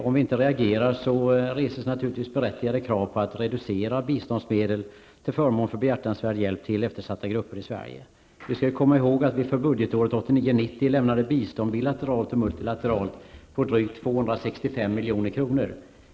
Om vi inte reagerar reses naturligtvis berättigade krav på att biståndsmedlen skall reduceras till förmån för behjärtansvärd hjälp till eftersatta grupper i Sverige. Vi skall komma ihåg att vi inför budgetåret 1989/90 lämnade bistånd, bilateralt och multilateralt, på drygt 265 milj.kr.